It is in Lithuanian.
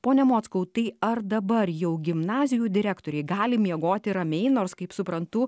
pone mockau tai ar dabar jau gimnazijų direktoriai gali miegoti ramiai nors kaip suprantu